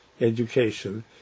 education